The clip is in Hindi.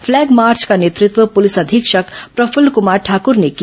फ्लैग मार्च का नेतृत्व पुलिस अधीक्षक प्रफूल्ल कमार ठाकर ने किया